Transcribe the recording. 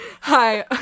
Hi